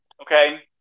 Okay